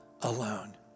alone